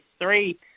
three